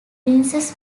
princess